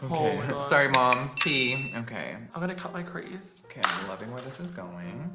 oh sorry mom team okay. i'm gonna cut my crease. okay. i'm loving where this is going.